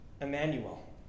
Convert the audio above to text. Emmanuel